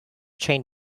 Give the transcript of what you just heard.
train